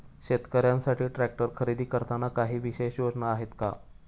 शेतकऱ्यांसाठी ट्रॅक्टर खरेदी करताना काही विशेष योजना आहेत का?